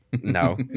no